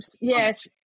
yes